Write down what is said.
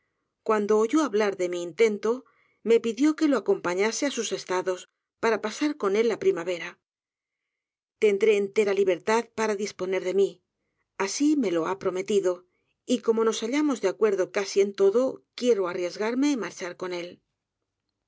cuando oyó hablar de mi intento me pidió que lo acompañase á sus estados para pasar con él la primavera tendré entera libertad para disponer de mi asi me id ha prometido y como nos hallamos de acuerdo casi en todo quiero arriesgarme y marchar con él